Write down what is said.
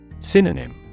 Synonym